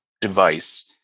device